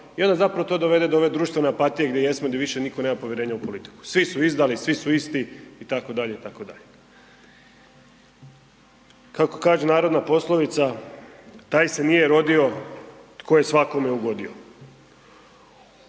i onda zapravo to dovede do one društvene apatije gdje jesmo, di više nitko nema povjerenja u politiku. Svi su izdali, svi su isti, itd., itd. Kako kaže narodna poslovica, taj se nije rodio tko je svakome ugodio.